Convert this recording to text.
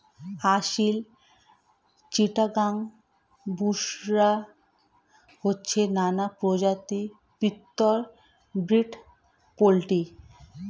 আসিল, চিটাগাং, বুশরা হচ্ছে নানা প্রজাতির পিওর ব্রিড পোল্ট্রি